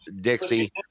Dixie